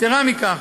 יתרה מזו,